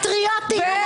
פטריוטים,